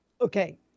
Okay